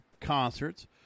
concerts